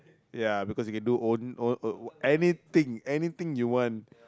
ya because you can do own own own own anything anything you want